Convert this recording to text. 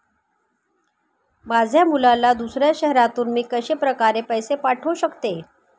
माझ्या मुलाला दुसऱ्या शहरातून मी कशाप्रकारे पैसे पाठवू शकते?